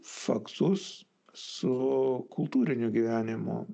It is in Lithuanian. faksus su kultūriniu gyvenimu